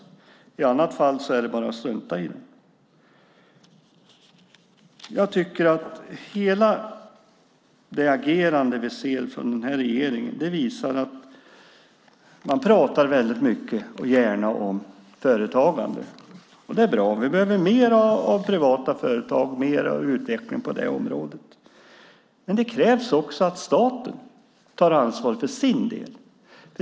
I annat fall är det bara att strunta i den. Den här regeringen pratar mycket och gärna om företagande. Det är bra. Vi behöver mer av privata företag, mer av utveckling på det området. Men det krävs också att staten tar ansvar för sin del.